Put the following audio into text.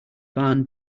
barn